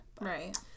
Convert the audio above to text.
Right